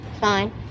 fine